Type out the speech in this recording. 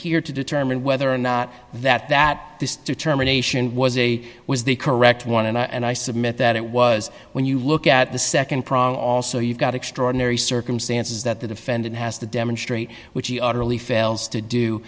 here to determine whether or not that that determination was a was the correct one and i submit that it was when you look at the nd prong also you've got extraordinary circumstances that the defendant has to demonstrate which he utterly fails to do